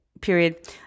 period